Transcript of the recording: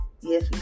yes